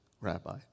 rabbi